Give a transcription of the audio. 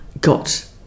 got